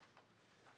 ממשלתית,